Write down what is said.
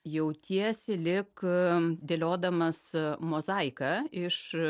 jautiesi lyg dėliodamas mozaiką iš